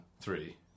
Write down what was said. Three